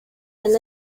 and